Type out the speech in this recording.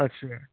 ਅੱਛਾ